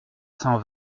cent